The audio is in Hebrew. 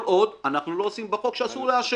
כל עוד אנחנו לא עושים בחוק שאסור לעשן.